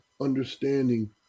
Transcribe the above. understanding